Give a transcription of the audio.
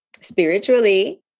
spiritually